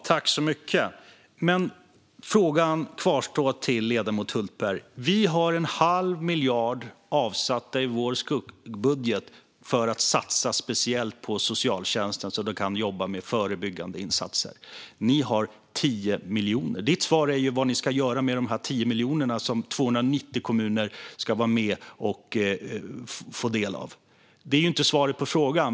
Herr talman! Frågan till ledamoten Hultberg kvarstår. Vi har en halv miljard avsatt i vår skuggbudget för att satsa speciellt på socialtjänsten så att de kan jobba med förebyggande insatser. Ni har 10 miljoner. Ditt svar handlar om vad ni ska göra med dessa 10 miljoner som 290 kommuner ska vara med och få del av. Det är inte svar på frågan.